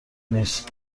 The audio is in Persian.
نیست